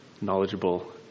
knowledgeable